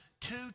two